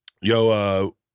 yo